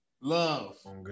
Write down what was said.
love